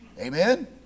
Amen